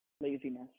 Laziness